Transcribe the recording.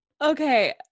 okay